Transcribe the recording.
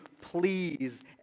please